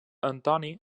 antoni